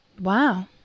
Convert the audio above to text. Wow